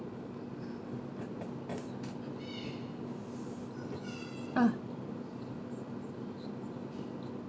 ah